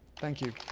thank you.